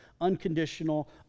unconditional